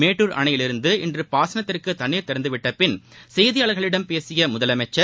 மேட்டுர் அணையிலிருந்து இன்று பாசனத்திற்கு தண்ணீர் திறந்துவிட்டபின் செய்தியாளர்களிடம் பேசிய முதலமைச்சர்